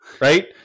right